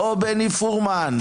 / הו בני פורמן...